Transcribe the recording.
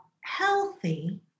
healthy